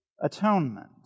Atonement